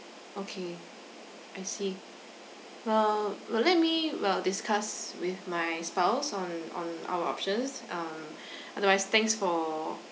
okay I see well well let me well discuss with my spouse on on our options um otherwise thanks for